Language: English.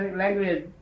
language